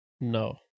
No